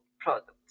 products